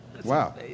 Wow